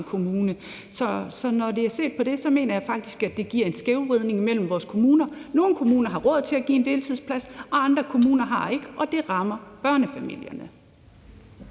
kommune. Så i forhold til det mener jeg faktisk, at det giver en skævvridning mellem vores kommuner. Nogle kommuner har råd til at give en deltidsplads, og andre kommuner har ikke, og det rammer børnefamilierne.